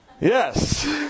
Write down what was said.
Yes